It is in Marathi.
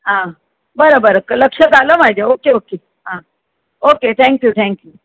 हां बरं बरं क लक्षात आलं माझ्या ओके ओके हां ओके थँक्यू थँक्यू